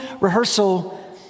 rehearsal